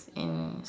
and